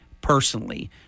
personally